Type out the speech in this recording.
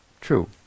true